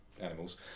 animals